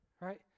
right